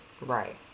Right